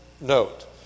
note